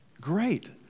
Great